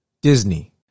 Disney